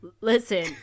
listen